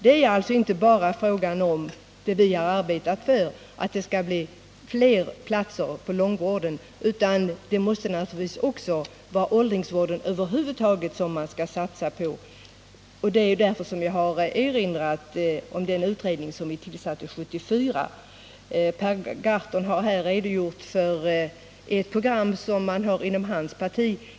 Det är alltså inte bara frågan om fler platser i långvården, utan man måste naturligtvis satsa på åldringsvården över huvud taget. Det är därför jag har erinrat om den utredning som tillsattes 1974. Per Gahrton har här redogjort för ett program som man har inom hans parti.